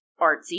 artsy